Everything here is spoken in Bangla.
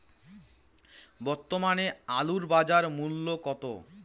বর্তমানে আলুর বাজার মূল্য কত?